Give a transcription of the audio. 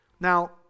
Now